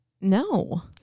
No